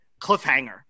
cliffhanger